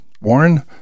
Warren